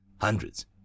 hundreds